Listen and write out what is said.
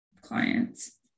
clients